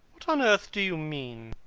what on earth do you mean?